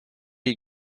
iyi